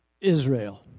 Israel